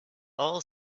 all